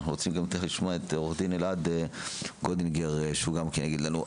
אנחנו תיכף רוצים לשמוע את עורך דין אלעד גודינגר שהוא גם יגיד לנו,